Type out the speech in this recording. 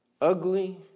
ugly